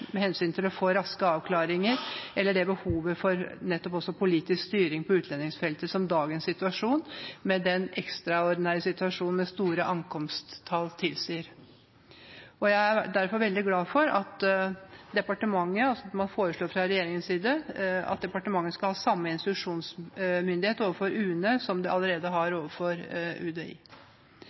med hensyn til å få raske avklaringer, eller det behovet for politisk styring på utlendingsfeltet som dagens ekstraordinære situasjon, med store ankomsttall, tilsier. Jeg er derfor veldig glad for – som man foreslo fra regjeringens side – at departementet skal ha samme instruksjonsmyndighet overfor UNE som det allerede har overfor UDI.